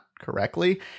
correctly